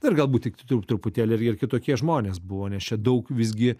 na ir galbūt tik tru truputėlį ir ir kitokie žmonės buvo nes čia daug visgi